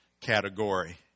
category